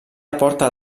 aporta